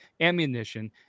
ammunition